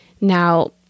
Now